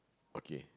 okay